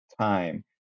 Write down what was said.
time